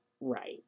right